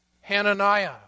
Hananiah